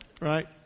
Right